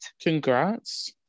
Congrats